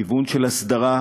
כיוון של הסדרה,